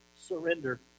surrender